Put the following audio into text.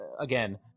again